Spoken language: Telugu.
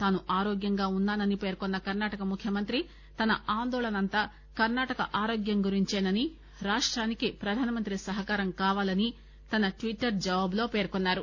తాను ఆరోగ్యంగా ఉన్నానని పేర్కొన్న కర్ణాటక ముఖ్యమంత్రి తన ఆందోళన అంతా కర్ణాటక ఆరోగ్యం గురించేనని రాష్టానికి ప్రధానమంత్రి సహకారం కావాలని ఆయన తన ట్విట్టర్ జవాబులో పేర్కొన్నారు